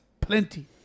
Plenty